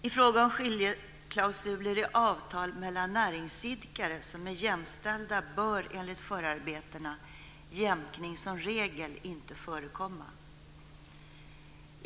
I fråga om skiljeklausuler i avtal mellan näringsidkare som är jämställda bör enligt förarbetena jämkning som regel inte förekomma.